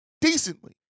decently